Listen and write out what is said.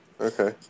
Okay